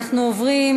אנחנו עוברים